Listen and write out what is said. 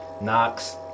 Knox